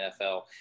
NFL